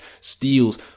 steals